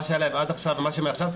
מה שהיה להם עד עכשיו ומה שיש להם מעכשיו.